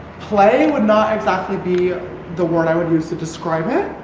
playing would not exactly be the word i would use to describe it.